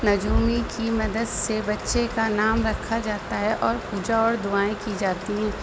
نجومی کی مدد سے بچے کا نام رکھا جاتا ہے اور پوجا اور دعائیں کی جاتی ہیں